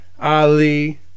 Ali